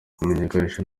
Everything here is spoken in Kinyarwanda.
kumenyekanisha